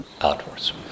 outwards